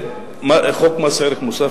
חוק מס ערך מוסף,